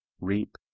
reap